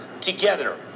together